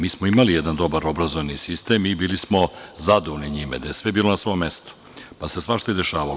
Mi smo imali jedan dobar obrazovni sistem i bili smo zadovoljni njime, gde je sve bilo na svom mestu, pa se svašta izdešavalo.